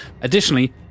Additionally